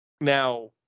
Now